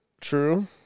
True